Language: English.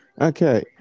Okay